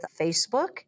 Facebook